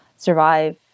survive